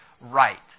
right